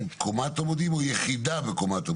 קומת עמודים או יחידה בקומת עמודים.